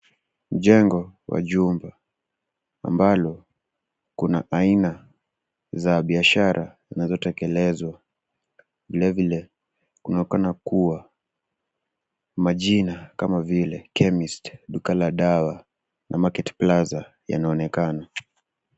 Jengo la juu, ambalo kuna aina za biashara zinazotekelezwa, vilevile kunaonekana kuwa majina kama vile chemist , duka la dawa, na market plaza yanaonekana.